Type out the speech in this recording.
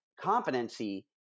competency